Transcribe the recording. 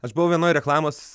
aš buvau vienoj reklamos